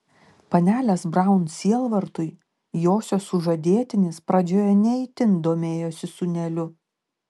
panelės braun sielvartui josios sužadėtinis pradžioje ne itin domėjosi sūneliu